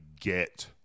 get